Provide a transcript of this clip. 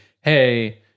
hey